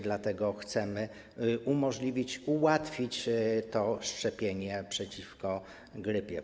Dlatego chcemy umożliwić, ułatwić to szczepienie przeciwko grypie.